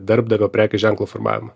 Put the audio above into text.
darbdavio prekės ženklo formavimą